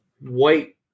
white